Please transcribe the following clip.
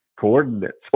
coordinates